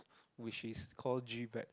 which is called G Bad